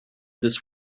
this